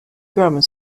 grammar